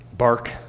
Bark